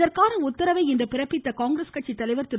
இதற்கான உத்தரவை இன்று பிறப்பித்த காங்கிரஸ் கட்சி தலைவர் திரு